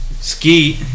Ski